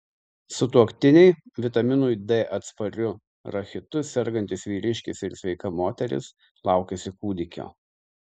sutuoktiniai vitaminui d atspariu rachitu sergantis vyriškis ir sveika moteris laukiasi kūdikio